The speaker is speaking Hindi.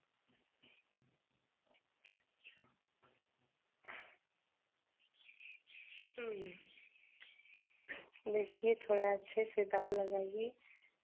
देखिए थोड़ा अच्छे से दाम लगाईए